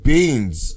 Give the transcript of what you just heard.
Beans